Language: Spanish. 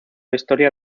historia